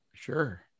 Sure